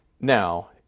Now